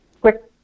quick